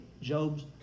Job's